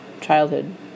childhood